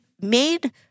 made